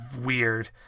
weird